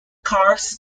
cars